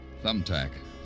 Thumbtack